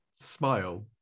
smile